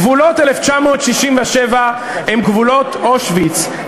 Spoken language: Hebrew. "גבולות 1967 הם גבולות אושוויץ",